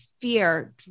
fear